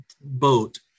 boat